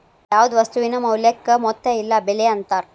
ಯಾವ್ದ್ ವಸ್ತುವಿನ ಮೌಲ್ಯಕ್ಕ ಮೊತ್ತ ಇಲ್ಲ ಬೆಲೆ ಅಂತಾರ